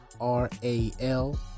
R-A-L